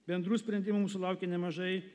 bendrų sprendimų mūsų laukia nemažai